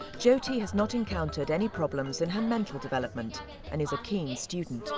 jyoti has not encountered any problems in her mental development and is a keen student.